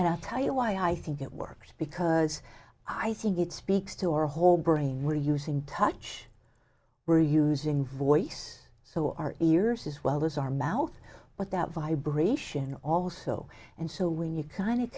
and i'll tell you why i think it worked because i think it speaks to our whole brain we're using touch we're using voice so our ears as well as our mouth but that vibration also and so when you